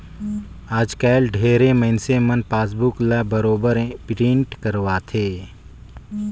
आयज कायल ढेरे मइनसे मन पासबुक ल बरोबर पिंट करवाथे